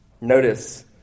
Notice